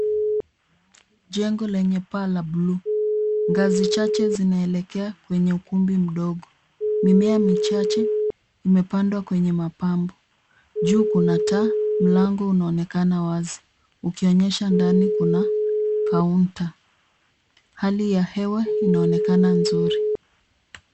Jengo lenye paa la bluu. Ngazi chache zinaelekea kwenye ukumbi mdogo. Mimea michache imepandwa kwenye mapambo. Juu kuna taa. Mlango unaonekana wazi ukionyesha ndani kuna kaunta. Hali ya hewa inaonekana nzuri.